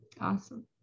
Awesome